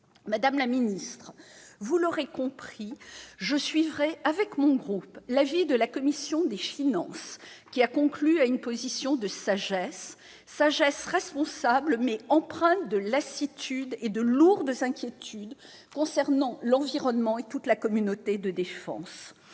Madame la ministre, vous l'aurez compris, je suivrai, avec mon groupe, l'avis de la commission des finances, qui a conclu à une position de sagesse, sagesse responsable, mais empreinte de lassitude et de lourdes inquiétudes concernant l'environnement et toute la communauté de défense.